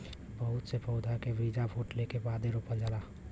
बहुत से पउधा के बीजा फूटले के बादे रोपल जाला